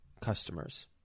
Customers